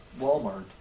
Walmart